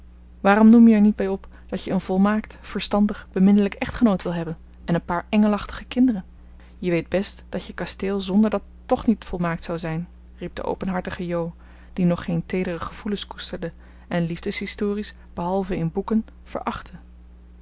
waarom noem je er niet bij op dat je een volmaakt verstandig beminnelijk echtgenoot wilt hebben en een paar engelachtige kinderen je weet best dat je kasteel zonder dat toch niet volmaakt zou zijn riep de openhartige jo die nog geen teedere gevoelens koesterde en liefdeshistories behalve in boeken verachtte